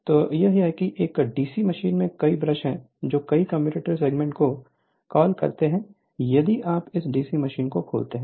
तो यह है कि एक डीसी मशीन में कई ब्रश हैं जो कई कम्यूटेटर सेगमेंट को कॉल करते हैं यदि आप उस डीसी मशीन को खोलते हैं